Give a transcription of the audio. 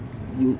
有